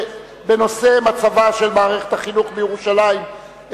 בנושא מצבה של מערכת החינוך בירושלים,